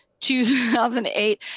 2008